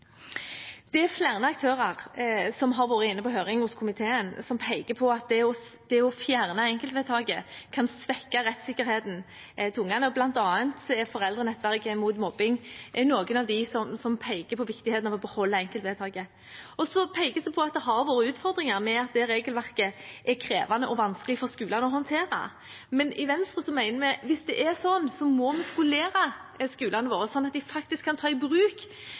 Det er flere aktører som har vært inne på høring hos komiteen, som peker på at det å fjerne enkeltvedtaket kan svekke barnas rettssikkerhet. Blant annet peker Foreldrenettverk mot mobbing på viktigheten av å beholde enkeltvedtaket. Det pekes også på at det har vært utfordringer med at det regelverket er krevende og vanskelig for skolene å håndtere. Men i Venstre mener vi at hvis det er slik, må vi skolere skolene våre slik at de faktisk kan ta i bruk